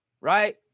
right